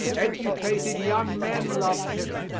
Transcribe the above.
educated young men loved him.